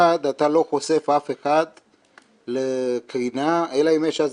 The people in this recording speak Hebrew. אחד, אתה לא חושף אף אחד לקרינה אלא אם יש הצדקה,